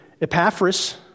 Epaphras